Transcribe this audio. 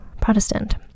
Protestant